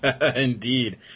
Indeed